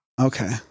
Okay